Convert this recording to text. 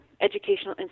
educational